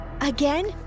Again